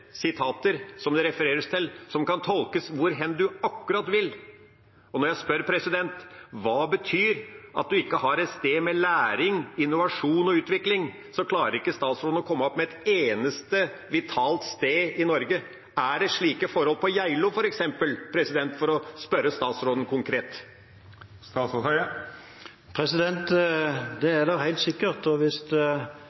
sitater det refereres til, som kan tolkes akkurat hvorhen du vil. Og når jeg spør om hvilke steder som ikke har læring, innovasjon og utvikling, klarer ikke statsråden å komme opp med et eneste vitalt sted i Norge. Er det f.eks. slike forhold på Geilo, for å spørre statsråden konkret? Det